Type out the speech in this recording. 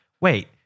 wait